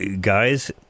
guys